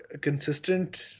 consistent